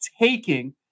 taking